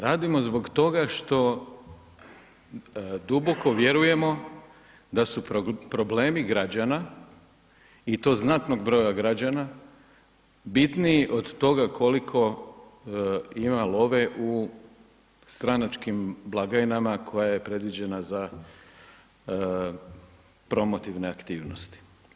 Radimo zbog toga što duboko vjerujemo da su problemi građana i to znatnog broja građana bitniji od toga koliko ima love u stranačkim blagajnama koja je predviđena za promotivne aktivnosti.